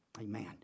Amen